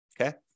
okay